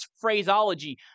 phraseology